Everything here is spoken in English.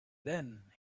then